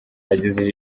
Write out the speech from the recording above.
yagize